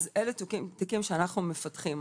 אז אלו תיקים שאנחנו מפתחים.